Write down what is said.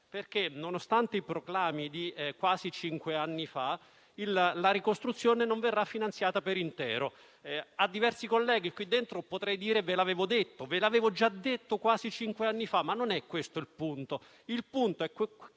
perché, nonostante i proclami di quasi cinque anni fa, la ricostruzione non verrà finanziata per intero. A diversi colleghi qui dentro potrei dire: «Ve l'avevo detto!». Glielo avevo già detto quasi cinque anni fa, ma non è questo il punto.